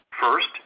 First